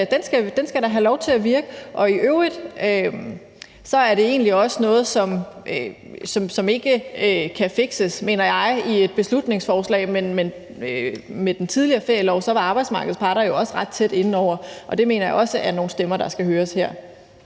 den skal da have lov til at virke, og i øvrigt mener jeg egentlig også, det er noget, som ikke kan fikses i et beslutningsforslag. Men i forbindelse med den tidligere ferielov var arbejdsmarkedets parter jo også ret tæt inde over, og det mener jeg også er nogle stemmer, der her skal høres, hvis